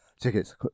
Tickets